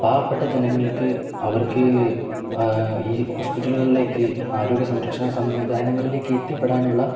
പാവപ്പെട്ട ജനങ്ങൾക്ക് അവർക്ക് ഈ ഹോസ്പിറ്റലുകളിലേക്ക് ആരോഗ്യ സംരക്ഷണ സംവിധാനങ്ങളിലേക്ക് എത്തിപ്പെടാനുള്ള